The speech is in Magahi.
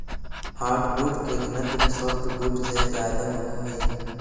हार्डवुड के घनत्व सॉफ्टवुड से ज्यादा होवऽ हइ